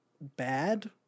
bad